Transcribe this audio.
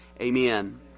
Amen